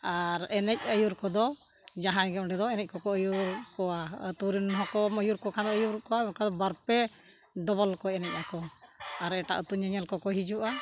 ᱟᱨ ᱮᱱᱮᱡ ᱟᱹᱭᱩᱨ ᱠᱚᱫᱚ ᱡᱟᱦᱟᱸᱭ ᱜᱮ ᱚᱸᱰᱮ ᱫᱚ ᱮᱱᱮᱡ ᱠᱚᱠᱚ ᱟᱹᱭᱩᱨ ᱠᱚᱣᱟ ᱟᱛᱳ ᱨᱮᱱ ᱦᱚᱸᱠᱚ ᱟᱹᱭᱩᱨ ᱠᱚ ᱠᱷᱟᱱ ᱫᱚ ᱟᱹᱭᱩᱨᱚᱜ ᱠᱚᱣᱟ ᱚᱱᱠᱟ ᱫᱚ ᱵᱟᱨᱼᱯᱮ ᱠᱚ ᱮᱱᱮᱡ ᱟᱠᱚ ᱟᱨ ᱮᱴᱟᱜ ᱟᱹᱛᱳ ᱧᱮᱧᱮᱞ ᱠᱚᱠᱚ ᱦᱤᱡᱩᱜᱼᱟ